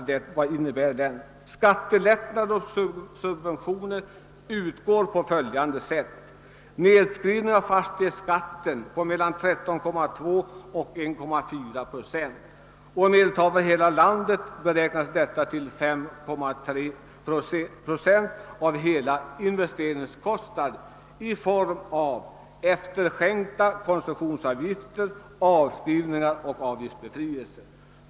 Skattelättnader och subventioner utgår på följande sätt. Fastighetsskatten nedskrivs med mellan 13,2 och 1,4 procent — i medeltal för hela landet beräknas detta till 5,3 procent av investeringskostnaderna i form av efterskänkta koncessionsavgifter, avskrivningar och avgiftsbefrielse.